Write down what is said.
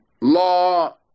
law